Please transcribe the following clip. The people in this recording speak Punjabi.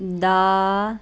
ਦਾ